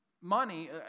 money